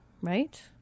right